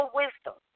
wisdom